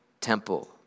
temple